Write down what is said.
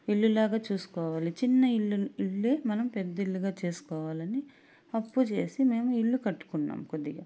ఇల్లులాగా చూసుకోవాలి చిన్న ఇల్లు ఇల్లే మనం పెద్దఇల్లుగా చేసుకోవాలని అప్పు చేసి మేము ఇల్లు కట్టుకున్నాం కొద్దిగా